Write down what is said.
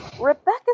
Rebecca